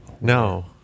No